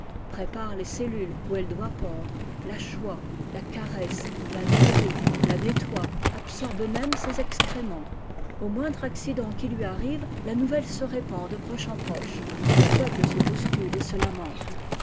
prépare les cellules où elledoit pondre la choie la caresse la nourrit la nettoie absorbe même ses excréments au moindre accident qui lui arrive la nouvelle se répand de proche en proche et le peuple se bouscule et se lamente